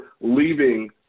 leaving